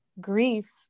grief